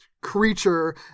creature